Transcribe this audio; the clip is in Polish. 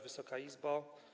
Wysoka Izbo!